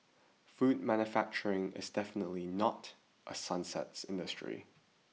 food manufacturing is definitely not a sunset industry